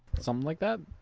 something like that.